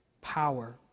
power